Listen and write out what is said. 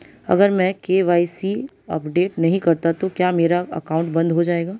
अगर मैं KYC update नहीं करता तो क्या मेरा अकाउंट बंद हो जाएगा?